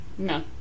No